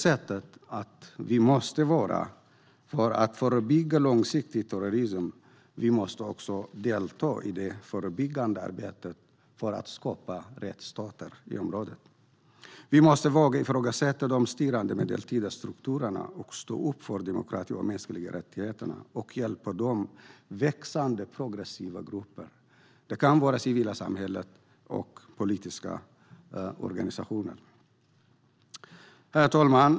För att förebygga terrorismen långsiktigt måste vi delta i det förebyggande arbetet att skapa rättsstater i området. Vi måste våga ifrågasätta de styrande medeltida strukturerna och stå upp för demokrati och mänskliga rättigheter. Vi måste hjälpa de växande progressiva grupperna i det civila samhället och hos politiska organisationer. Herr talman!